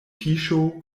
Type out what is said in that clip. fiŝo